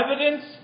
evidence